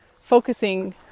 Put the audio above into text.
focusing